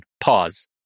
Pause